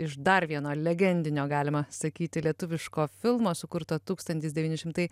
iš dar viena legendinio galima sakyti lietuviško filmo sukurto tūkstantis devyni šimtai